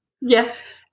Yes